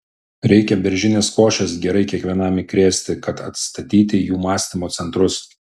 reikia beržinės košės gerai kiekvienam įkrėsti kad atstatyti jų mąstymo centrus